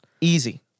easy